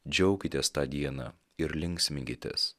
džiaukitės tą dieną ir linksminkitės